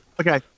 Okay